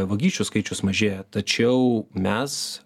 vagysčių skaičius mažėja tačiau mes